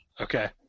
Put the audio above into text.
Okay